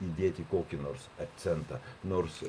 įdėti kokį nors akcentą nors